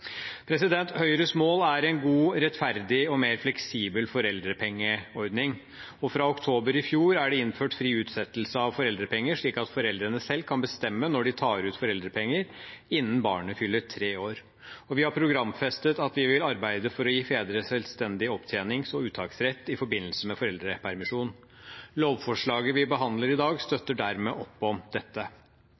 Høyres mål er en god, rettferdig og mer fleksibel foreldrepengeordning. Fra oktober i fjor er det innført fri utsettelse av foreldrepenger, slik at foreldrene selv kan bestemme når de tar ut foreldrepenger innen barnet fyller tre år, og vi har programfestet at vi vil arbeide for å gi fedre selvstendig opptjenings- og uttaksrett i forbindelse med foreldrepermisjon. Lovforslaget vi behandler i dag, støtter dermed opp om dette.